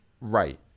Right